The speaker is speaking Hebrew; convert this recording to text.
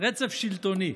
רצף שלטוני.